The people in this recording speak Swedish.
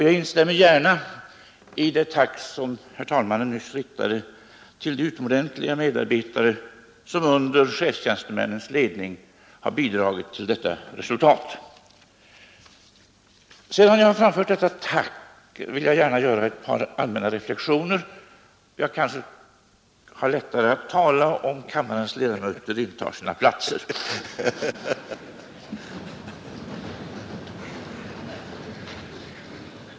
Jag instämmer gärna i det tack som herr talmannen nyss riktade till de utomordentliga medarbetare som under chefstjänstemännens ledning bidragit till detta resultat. Sedan jag har framfört detta tack vill jag gärna göra ett par allmänna reflexioner — jag kanske har lättare att tala om kammarens ledamöter sitter ner på sina platser.